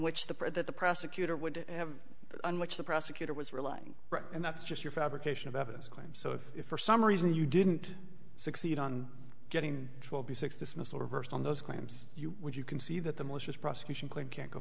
which the president the prosecutor would have on which the prosecutor was relying and that's just your fabrication of evidence claim so if for some reason you didn't succeed on getting it will be six dismissal reversed on those claims you would you can see that the malicious prosecution cleared can't go